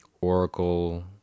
oracle